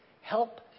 help